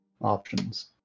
options